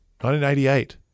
1988